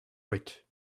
wit